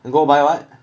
you go buy what